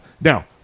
Now